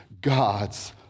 God's